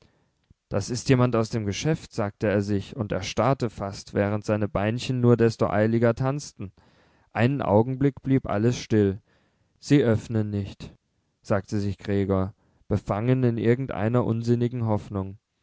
das ist jemand aus dem geschäft sagte er sich und erstarrte fast während seine beinchen nur desto eiliger tanzten einen augenblick blieb alles still sie öffnen nicht sagte sich gregor befangen in irgendeiner unsinnigen hoffnung